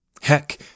Heck